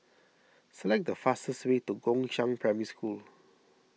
select the fastest way to Gongshang Primary School